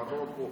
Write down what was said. ממרוקו?